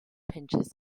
pinches